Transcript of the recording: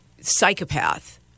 psychopath